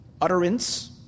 utterance